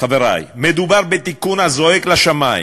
חברי, מדובר בתיקון עניין הזועק לשמים.